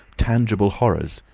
tangible horrors,